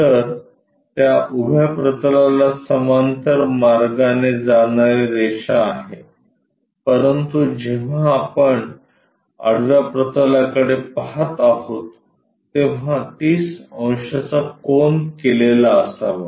तर त्या उभ्या प्रतलाला समांतर मार्गाने जाणारी रेषा आहे परंतु जेव्हा आपण आडव्या प्रतलाकडे पहात आहोत तेव्हा 30 अंशाचा कोन केलेला असावा